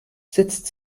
sitzt